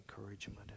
encouragement